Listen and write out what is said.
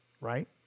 Right